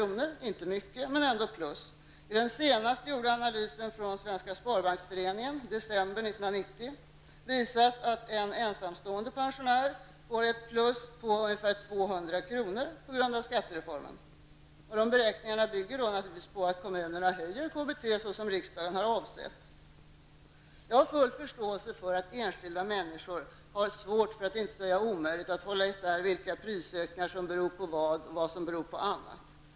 det är visserligen inte mycket, men det är ändå en ökning. I Svenska sparbanksföreningens senaste analys från december 1990 visades att en ensamstående pensionär får ett plus på ungefär 200 kr. på grund av skattereformen. Dessa beräkningar bygger naturligtvis på att kommunerna höjer KBT så som riksdagen har avsett. Jag har full förståelse för att enskilda människor har svårt, för att inte säga omöjligt att hålla isär vilka prishöjningar som beror på skattereformen och vilka som beror på annat.